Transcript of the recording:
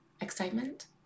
excitement